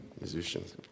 musicians